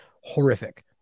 horrific